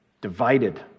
Divided